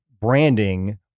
branding